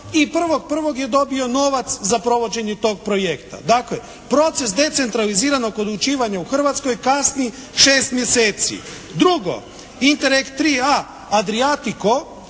za to i 1.1. je dobio novac za provođenje tog projekta. Dakle proces decentraliziranog odlučivanja u Hrvatskoj kasni 6 mjeseci. Drugo, Interekt 3A Adriatico